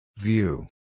View